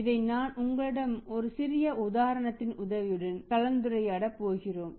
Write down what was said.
இதை நான் உங்களிடம் ஒரு சிறிய உதாரணத்தின் உதவியுடன் கலந்துரையாட போகிறோம்